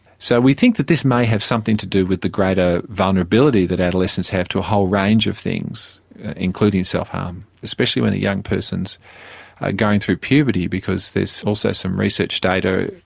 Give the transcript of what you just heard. so we think that this may have something to do with the greater vulnerability that adolescents have to a whole range of things including self harm especially when a young person is ah going through puberty because there's also some research data,